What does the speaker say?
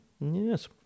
yes